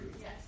Yes